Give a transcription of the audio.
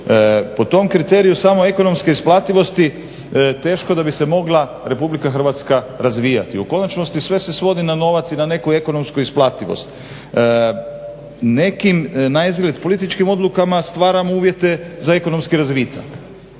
Po tom kriteriju samo ekonomske isplativosti teško da bi se mogla Republika Hrvatska razvijati. U konačnosti sve se svodi na novac i na neku ekonomsku isplativost. Nekim naizgled političkim odlukama stvaramo uvjete za ekonomski razvitak,